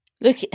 Look